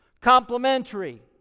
Complementary